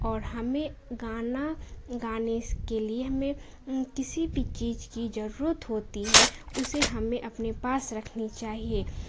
اور ہمیں گانا گانے کے لیے ہمیں کسی بھی چیز کی ضرورت ہوتی ہے اسے ہمیں اپنے پاس رکھنی چاہیے